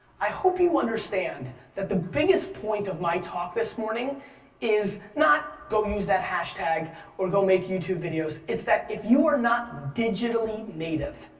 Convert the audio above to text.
i hope you understand that the biggest point of my talk this morning is not go use that hashtag or go make youtube videos, it's that if you are not digitally native,